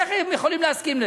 איך הם יכולים להסכים לזה?